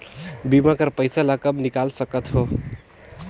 बीमा कर पइसा ला कब निकाल सकत हो?